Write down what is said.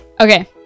okay